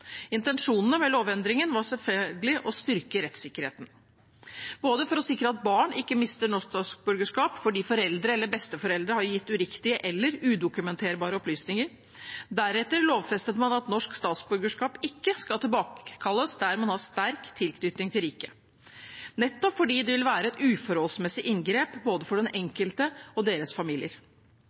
Intensjonene med lovendringen var selvfølgelig å styrke rettssikkerheten, for å sikre at barn ikke mister norsk statsborgerskap fordi foreldre eller besteforeldre har gitt uriktige eller udokumenterte opplysninger. Deretter lovfestet man at norsk statsborgerskap ikke skal tilbakekalles der man har sterk tilknytning til riket, nettopp fordi det vil være et uforholdsmessig inngrep både for den enkelte og for deres familier.